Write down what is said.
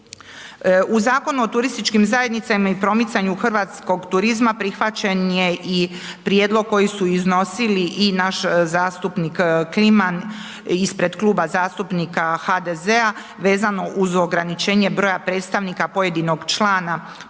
U Zakonu o turističkim zajednicama i promicanju hrvatskog turizma prihvaćen je i prijedlog koji su iznosili i naš zastupnik Kliman ispred klub zastupnika HDZ-a vezano uz ograničenje broja predstavnika pojedinog člana turističke